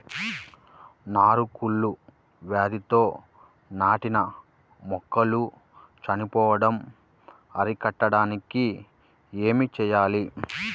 నారు కుళ్ళు వ్యాధితో నాటిన మొక్కలు చనిపోవడం అరికట్టడానికి ఏమి చేయాలి?